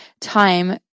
time